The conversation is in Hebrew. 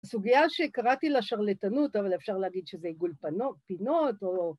‫סוגיה שקראתי לה שרלטנות, ‫אבל אפשר להגיד שזה עיגול פינות או...